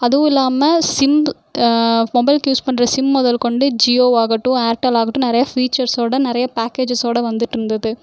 அதுவும் இல்லாமல் சிம்ப் மொபைலுக்கு யூஸ் பண்ணுற சிம் முதல் கொண்டு ஜியோவாகட்டும் ஏர்டெல்லாகட்டும் நிறையா ஃபீச்சர்ஸோடு நிறையா பேக்கேஜஸோடு வந்துகிட்ருந்தது